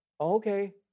Okay